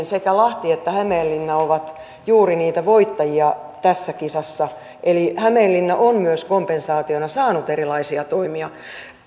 sekä lahti että hämeenlinna ovat juuri niitä voittajia tässä kisassa eli hämeenlinna on myös kompensaationa saanut erilaisia toimia